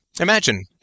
Imagine